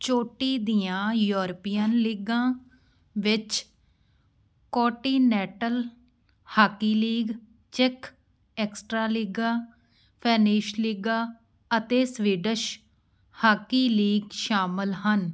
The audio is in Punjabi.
ਚੋਟੀ ਦੀਆਂ ਯੂਰਪੀਅਨ ਲੀਗਾਂ ਵਿੱਚ ਕੋਟੀਨੈਂਟਲ ਹਾਕੀ ਲੀਗ ਚੈੱਕ ਐਕਸਟ੍ਰਾਲੀਗਾ ਫੈਨੀਸ਼ ਲੀਗਾ ਅਤੇ ਸਵੀਡਿਸ਼ ਹਾਕੀ ਲੀਗ ਸ਼ਾਮਲ ਹਨ